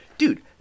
Dude